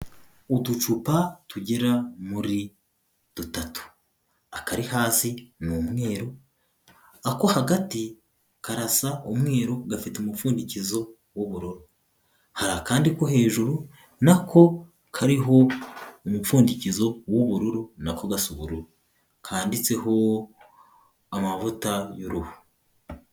Uducupa tugera muri dutatu, akari hasi ni umweru, ako hagati karasa umweru gafite umupfundikizo w'ubururu, hari akandi ko hejuru n'ako kariho umupfundikizo w'ubururu n'ako gasa ubururu, kanditseho amavuta y'uruhu.